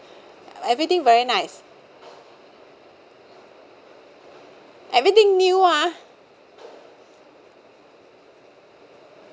everything very nice everything new ah